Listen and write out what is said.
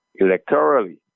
electorally